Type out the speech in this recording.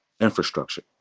infrastructure